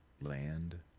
land